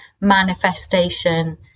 manifestation